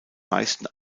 meisten